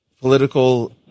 political